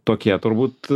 tokie turbūt